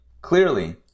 clearly